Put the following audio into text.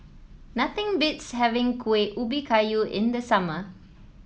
nothing beats having Kuih Ubi Kayu in the summer